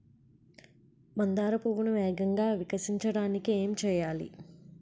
మందార పువ్వును వేగంగా వికసించడానికి ఏం చేయాలి?